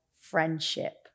friendship